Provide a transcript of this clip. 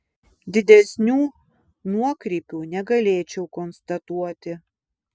didesnių nuokrypių negalėčiau konstatuoti